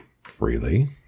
freely